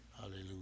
Hallelujah